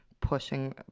pushing